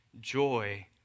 joy